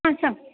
हां सांग